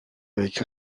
avec